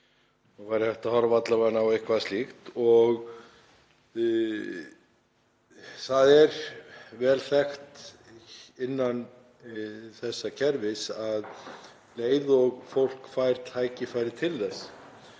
Það er vel þekkt innan þessa kerfis að um leið og fólk fær tækifæri til þess